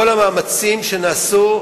כל המאמצים שנעשו,